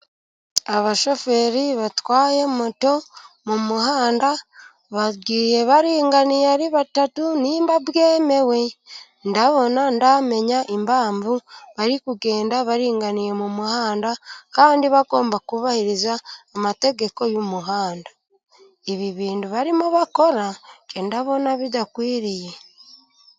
Abashoferi batwaye moto mu muhanda, bagiye baringaniye ari batatu, nimba byemewe, ndabona ntamenya impamvu bari kugenda baringaniye mu muhanda, kandi bagomba kubahiriza amategeko y'umuhanda, ibi bintu barimo bakora, jye ndabona bidakwiriye.